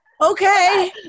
Okay